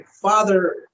father